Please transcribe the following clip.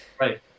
Right